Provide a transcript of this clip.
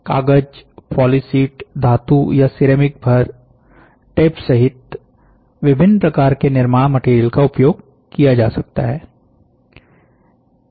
कागज पॉलिशीट धातु या सेरेमिक भरे टेप्स सहित विभिन्न प्रकार के निर्माण मटेरियल का उपयोग किया जा सकता है